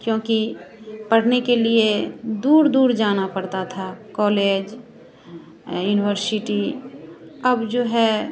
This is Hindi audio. क्योंकि पढ़ने के लिए दूर दूर जाना पड़ता था कॉलेज युनिवर्शिटी अब जो है